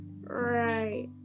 Right